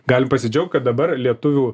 galim pasidžiaugt kad dabar lietuvių